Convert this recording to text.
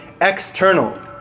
external